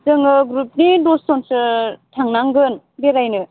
जोङो ग्रुपनि दसजनसो थांनांगोन बेरायनो